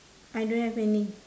I don't have any